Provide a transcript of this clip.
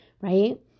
right